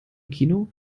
kino